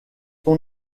son